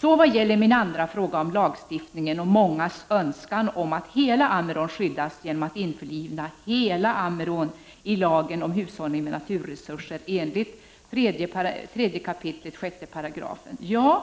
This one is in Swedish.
Så till min andra fråga om lagstiftningen och mångas önskan om att hela Ammerån skyddas genom att man införlivar hela Ammerån i lagen om hushållning med naturresurser enligt 3 kap 6 §.